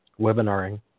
webinaring